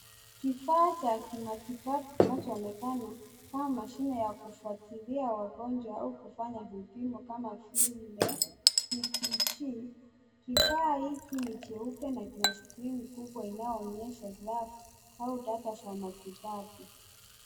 Kifaa cha kimatibabu kinachoonekana kama mashine ya kufuatilia wagonjwa au kufanya vipimo kama vile VTG. Kifaa hiki ni cheupe na kina skrini kubwa inayoonyesha graph au data za matibabu.